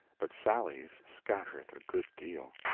but sally's scattered a good deal.